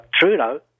Trudeau